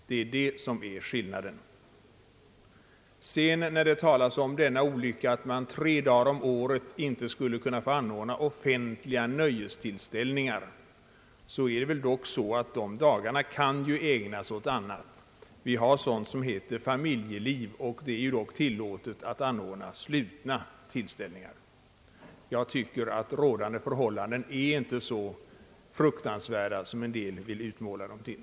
Detta är skillnaden. Det talas om att det är en sådan olycka att man tre dagar om året inte skulle kunna få anordna offentliga nöjestillställningar. De dagarna kan väl ändå ägnas åt annat. Det finns dock något som heter familjeliv, och det är tillåtet att anordna slutna tillställningar. Jag tycker att rådande förhållanden inte är så fruktansvärda som en del vill göra dem till.